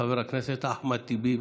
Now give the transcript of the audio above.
חבר הכנסת אחמד טיבי,